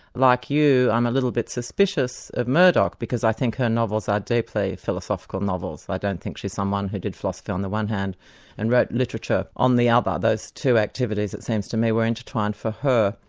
like you, i'm a little bit suspicious of murdoch, because i think her novels are deeply philosophical novels i don't think she's someone who did philosophy on the one hand and wrote literature on the other. um ah those two activities, it seems to me, were intertwined for her.